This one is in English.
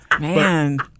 Man